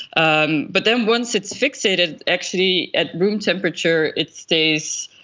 um but then once it's fixated, actually at room temperature it stays